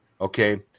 okay